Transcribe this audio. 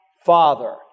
Father